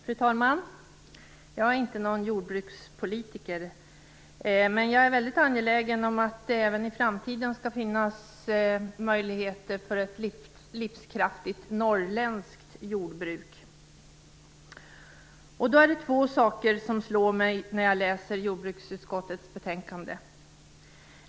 Fru talman! Jag är inte någon jordbrukspolitiker, men jag är väldigt angelägen om att det även i framtiden skall finnas möjligheter för ett livskraftigt norrländskt jordbruk. Det är två saker som slår mig när jag läser jordbruksutskottets betänkande.